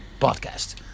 podcast